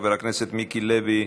חבר הכנסת מיקי לוי,